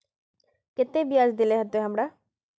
केते बियाज देल होते हमरा?